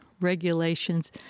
regulations